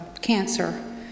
cancer